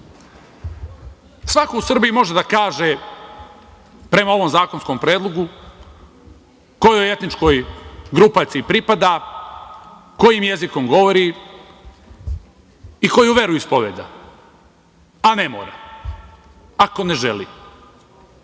želi. Svako u Srbiji može da kaže, prema ovom zakonskom predlogu, kojoj etničkoj grupaciji pripada, kojim jezikom govori i koju veru ispoveda. A ne mora, ako ne želi.